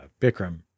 Bikram